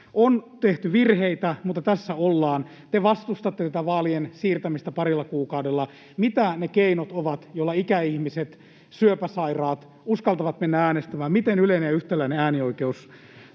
On tehty virheitä, mutta tässä ollaan. Te vastustatte tätä vaalien siirtämistä parilla kuukaudella. Mitä ne keinot ovat, joilla ikäihmiset, syöpäsairaat uskaltavat mennä äänestämään? Miten yleinen ja yhtäläinen äänioikeus